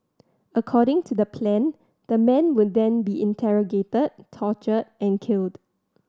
according to the plan the man would then be interrogated tortured and killed